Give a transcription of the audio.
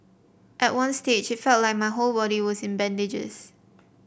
at one stage it felt like my whole body was in bandages